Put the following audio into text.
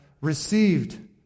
received